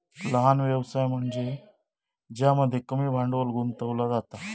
लहान व्यवसाय म्हनज्ये ज्यामध्ये कमी भांडवल गुंतवला जाता